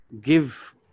give